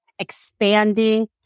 Expanding